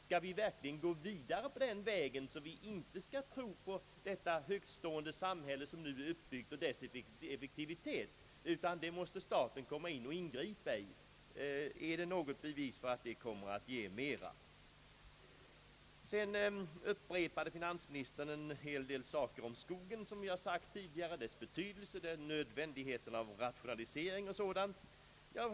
Skall vi verkligen gå vidare på den vägen, så att vi inte skall tro på det högt stående samhälle som nu är uppbyggt och dess effektivitet utan att staten måste ingripa? Finns det något bevis för att det kommer att ge mera? Finansministern upprepade en hel del saker om skogen — som jag sagt tidigare — dess betydelse, nödvändigheten av rationalisering m.m.